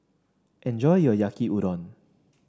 enjoy your Yaki Udon